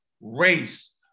race